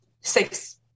six